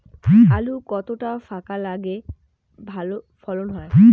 আলু কতটা ফাঁকা লাগে ভালো ফলন হয়?